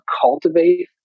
cultivate